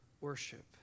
worship